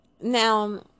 Now